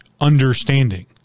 understanding